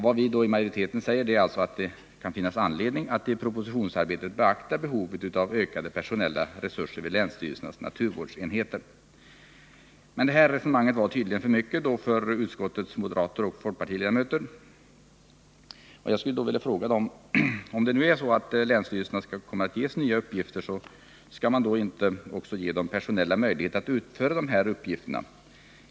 Vad vi i majoriteten säger är alltså att det kan finnas anledning att i propositionsarbetet beakta behovet av ökade personella resurser vid länsstyrelsernas naturvårdsenheter. Detta resonemang var tydligen för mycket för utskottets moderater och folkpartiledamöter. Jag vill då fråga dem: Om länsstyrelserna ges nya uppgifter, skall man då inte också ge dem personella möjligheter att utföra dessa uppgifter?